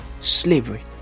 slavery